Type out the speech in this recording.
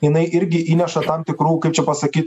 jinai irgi įneša tam tikrų kaip čia pasakyt